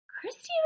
Christy